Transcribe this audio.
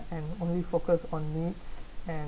and only focus on needs and